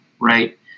right